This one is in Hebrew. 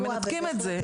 והם מנתקים את זה.